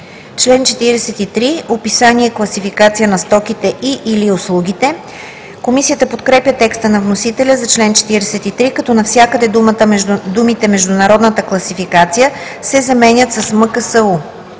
„Член 43 – Описание и класификация на стоките и/или услугите“. Комисията подкрепя текста на вносителя за чл. 43, като навсякъде думите „Международната класификация“ се заменят с „МКСУ“.